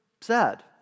sad